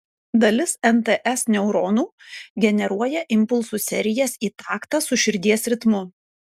dalis nts neuronų generuoja impulsų serijas į taktą su širdies ritmu